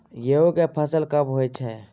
गेहूं के फसल कब होय छै?